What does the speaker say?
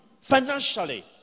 financially